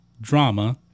drama